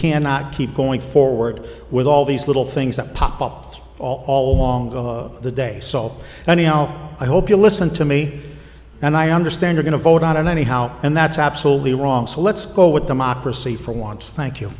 cannot keep going forward with all these little things that pop up all along the day and i hope you listen to me and i understand are going to vote on anyhow and that's absolutely wrong so let's go with democracy for want to thank you